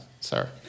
sir